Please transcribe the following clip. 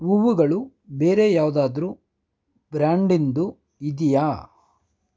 ಹೂವುಗಳು ಬೇರೆ ಯಾವುದಾದ್ರು ಬ್ರ್ಯಾಂಡಿನದು ಇದೆಯಾ